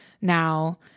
now